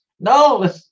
No